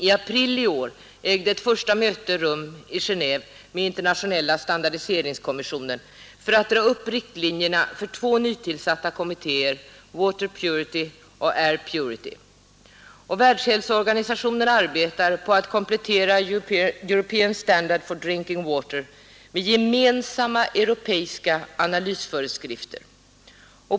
I april i år ägde ett första möte rum i Gendve med Internationella standardiseringskommissionen för att dra upp riktlinjerna för två nytillsatta kommittéer, Water Purity och Air Purity. Världshälsoorganisationen arbetar på att komplettera European Standards for Drinking Water med gemensamma europeiska analysföreskrifter.